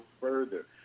further